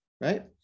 right